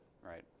Right